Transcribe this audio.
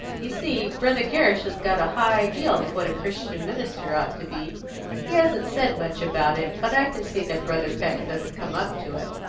you see, brother gerrish has got a high ideal of what a christian minister ought to be he hasn't said much about it, but i can see that brother peck doesn't come up to it.